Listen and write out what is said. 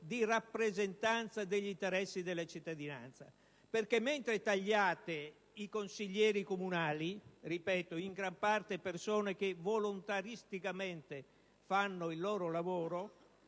di rappresentanza degli interessi della cittadinanza? Perché, mentre tagliate i consiglieri comunali (ripeto, in gran parte persone che fanno volontaristicamente il loro lavoro),